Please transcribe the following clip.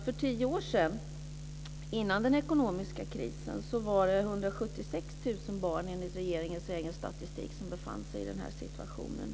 För tio år sedan, innan den ekonomiska krisen, var det 176 000 barn, enligt regeringens egen statistik, som befann sig i den här situationen.